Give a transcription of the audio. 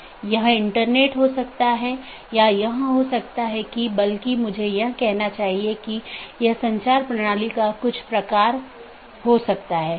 तो इसका मतलब है अगर मैं AS1 के नेटवर्क1 से AS6 के नेटवर्क 6 में जाना चाहता हूँ तो मुझे क्या रास्ता अपनाना चाहिए